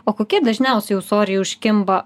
o kokie dažniausiai ūsoriai užkimba